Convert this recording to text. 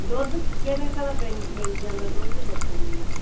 ਦੁੱਧ ਕਿਹੜੇ ਤਰ੍ਹਾਂ ਮਿਲ ਜਾਂਦਾ ਦੁੱਧ ਦੱਸੋ ਮੈਨੂੰ